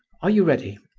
are you ready?